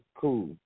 cool